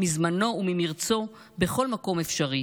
מזמנו וממרצו בכל מקום אפשרי.